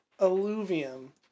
Alluvium